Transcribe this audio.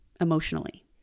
emotionally